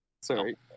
Sorry